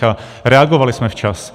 A reagovali jsme včas.